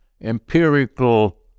empirical